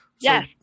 Yes